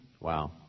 Wow